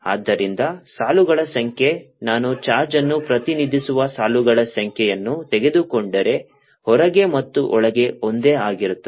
ಆದ್ದರಿಂದ ಸಾಲುಗಳ ಸಂಖ್ಯೆ ನಾನು ಚಾರ್ಜ್ ಅನ್ನು ಪ್ರತಿನಿಧಿಸುವ ಸಾಲುಗಳ ಸಂಖ್ಯೆಯನ್ನು ತೆಗೆದುಕೊಂಡರೆ ಹೊರಗೆ ಮತ್ತು ಒಳಗೆ ಒಂದೇ ಆಗಿರುತ್ತದೆ